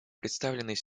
представленный